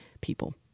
people